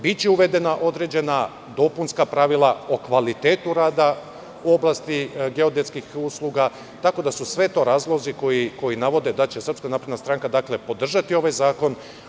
Biće uvedena određena dopunska pravila o kvalitetu rada u oblasti geodetskih usluga, tako da su sve to razlozi koji navode da će SNS podržati ovaj zakon.